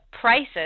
prices